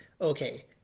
okay